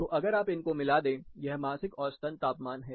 तो अगर आप इनको मिला दे यह मासिक औसतन तापमान है